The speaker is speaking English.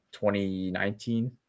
2019